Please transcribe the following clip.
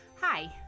Hi